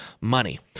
money